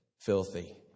filthy